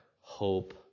hope